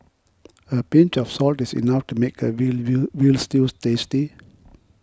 a pinch of salt is enough to make a veal veal Veal Stew tasty